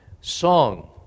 song